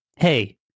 hey